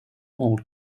wall